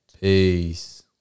Peace